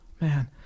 man